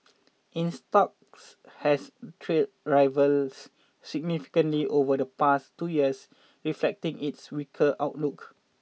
its stock has trailed rivals significantly over the past two years reflecting its weaker outlook